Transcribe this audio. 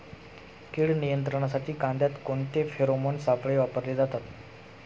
कीड नियंत्रणासाठी कांद्यात कोणते फेरोमोन सापळे वापरले जातात?